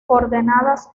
coordenadas